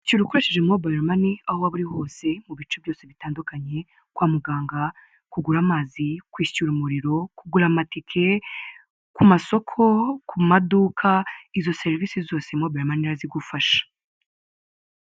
Cira ukoresheje Mobile Money aho uri hose mu bice byose bitandukanye, kwa muganga kugura amazi, kwishyura umuriro, kugura amatike, ku masoko, ku maduka, izo serivisi zose Mobile Money irazigufasha.